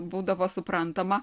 būdavo suprantama